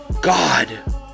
God